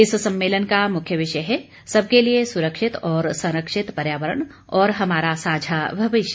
इस सम्मेलन का मुख्य विषय है सबके लिए सुरक्षित और संरक्षित पर्यावरण और हमारा साझा भविष्य